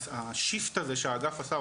השיפט הזה שהאגף עשה,